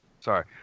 Sorry